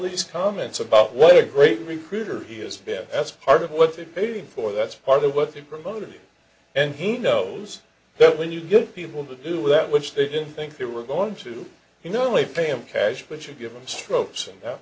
these comments about what a great recruit or he has been as part of what they paid him for that's part of what they promoted and he knows that when you get people to do that which they didn't think they were going to you know only pay him cash but you give him strokes and that